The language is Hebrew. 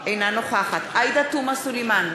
אינה נוכחת עאידה תומא סלימאן,